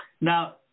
Now